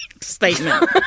Statement